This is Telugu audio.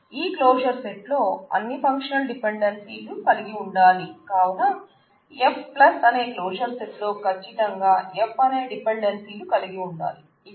ఈ క్లోజర్ సెట్ లో అన్ని ఫంక్షనల్ డిపెండెన్సీ లు అన్ని కలిగి ఉండాలి కావున F అనే క్లోజర్ సెట్ లో కచ్చితంగా F అనే డిపెండెన్సీలు కలిగి ఉండాలి